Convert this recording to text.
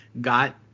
got